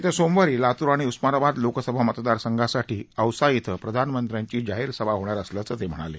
येत्या सोमवारी लातूर आणि उस्मानाबाद लोकसभा मतदारसंघासाठी औसा इथं प्रधानमंत्र्यांची जाहीर सभा होणार असल्याचं ते म्हणाले